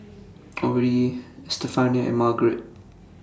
Odie Estefania and Margarette